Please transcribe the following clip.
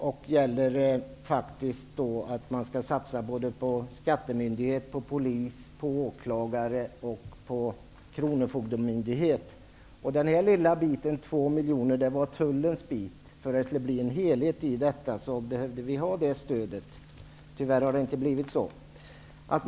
Det gäller förslag på satsningar på Kronofogdemyndighet. Den lilla biten, 2 miljoner, avsåg Tullens stöd. För att det skulle bli en helhet behövdes detta stöd, men tyvärr blev det inte något sådant.